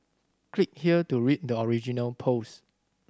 click here to read the original post